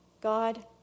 God